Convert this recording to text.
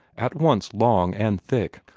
at once long and thick.